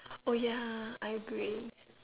uh yeah I agree